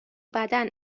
بدن